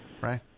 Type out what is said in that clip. Right